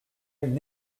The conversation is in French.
une